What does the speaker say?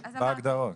בהגדרות.